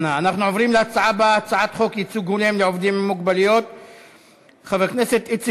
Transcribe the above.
להעביר את הצעת חוק לתיקון פקודת העיריות (עידוד נשים בעסקים),